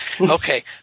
Okay